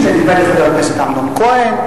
נדמה לי שהגיש את זה חבר הכנסת אמנון כהן.